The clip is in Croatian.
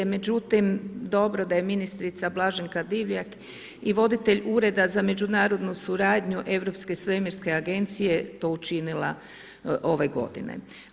Međutim, dobro da je ministrica Blaženka Divjak i voditelj ureda za međunarodnu suradnju Europske svemirske agencije to učinila ove godine.